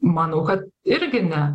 manau kad irgi ne